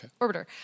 Orbiter